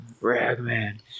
Ragman